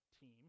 team